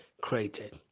created